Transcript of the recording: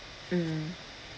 mm